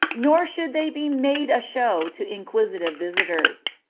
nor should they be made a show to inquisitive visitors.